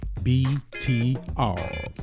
BTR